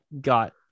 got